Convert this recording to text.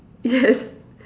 yes